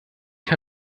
die